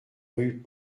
rue